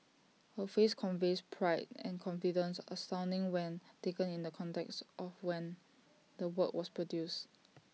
her face conveys pride and confidence astounding when taken in the context of when the work was produced